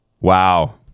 wow